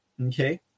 Okay